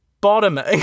bottoming